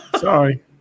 Sorry